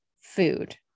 food